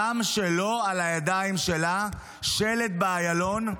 הדם שלו על הידיים שלה, שלט באיילון.